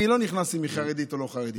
אני לא נכנס לשאלה אם היא חרדית או לא חרדית,